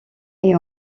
est